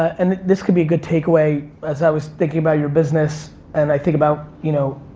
and this could be a good takeaway. as i was thinking about your business and i think about, you know,